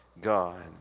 God